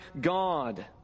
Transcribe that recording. God